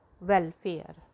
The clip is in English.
welfare